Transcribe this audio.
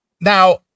Now